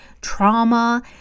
trauma